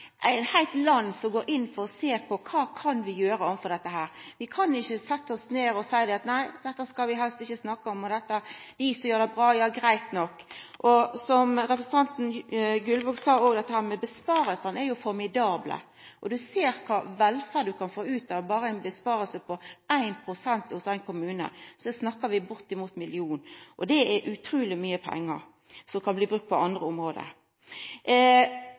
heilt land går inn for å sjå på kva vi kan gjera med dette. Vi kan ikkje setja oss ned og seia: Nei, dette skal vi helst ikkje snakka om, og dette viser jo at bra er greit nok. Som representanten Gullvåg òg sa: Innsparingane er jo formidable. Ein ser kva for velferd ein kan få ut av berre ei innsparing på 1 pst. hos ein kommune. Då snakkar vi om bortimot 1 mill. kr. Det er utruleg mykje pengar som kan bli brukte på andre område.